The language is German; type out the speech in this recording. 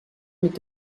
mit